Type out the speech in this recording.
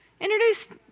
introduce